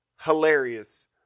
hilarious